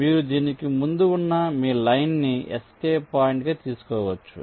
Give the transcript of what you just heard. కాబట్టి మీరు దీనికి ముందు ఉన్న మీ లైన్ ని ఎస్కేప్ పాయింట్గా తీసుకోవచ్చు